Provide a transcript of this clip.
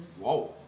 Whoa